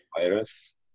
Virus